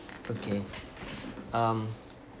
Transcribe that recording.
okay um